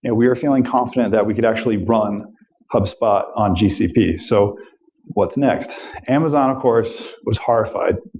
and we are feeling confident that we could actually run hubspot on gcp. so what's next? amazon, of course, was horrified.